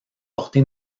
porté